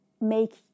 make